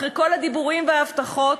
אחרי כל הדיבורים וההבטחות,